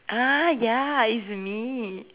ah ya it's me